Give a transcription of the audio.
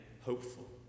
hopeful